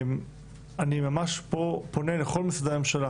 אני ממש פה פונה לכל משרדי הממשלה